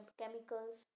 chemicals